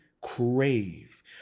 crave